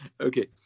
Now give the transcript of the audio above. okay